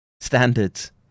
standards